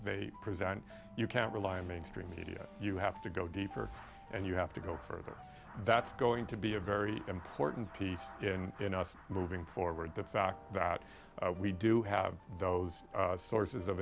they present you can't rely on mainstream media you have to go deeper and you have to go further that's going to be a very important piece in us moving forward the fact that we do have those sources of